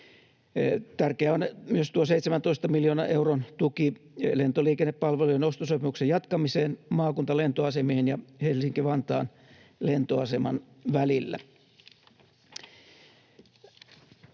Tärkeää on myös tuo 17 miljoonan euron tuki lentoliikennepalvelujen ostosopimuksen jatkamiseen maakuntalentoasemien ja Helsinki-Vantaan lentoaseman välillä.